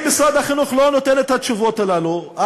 אם משרד החינוך לא נותן את התשובות הללו,